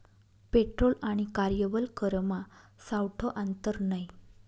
petrol आणि कार्यबल करमा सावठं आंतर नै